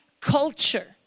culture